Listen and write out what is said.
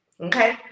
Okay